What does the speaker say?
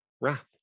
Wrath